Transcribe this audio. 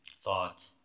thought